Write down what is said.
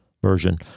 version